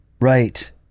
right